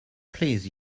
please